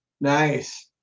Nice